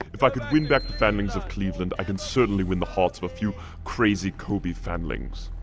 if i could win back the fanlings of cleveland i can certainly win the hearts of a few crazy kobe fanlings.